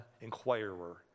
Inquirer